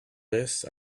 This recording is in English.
this